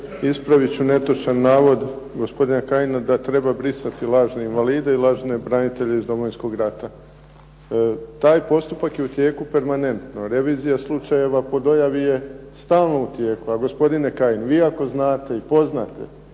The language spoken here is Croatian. Ispravit ću netočan navod gospodina Kajina da treba brisati invalide i lažne branitelje iz Domovinskog rata. Taj postupak je u tijeku permanentno. Revizija slučajeva po dojavi je stalno u tijeku. A gospodine Kajin, vi ako znate i poznate